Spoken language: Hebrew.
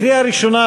קריאה ראשונה,